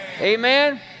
Amen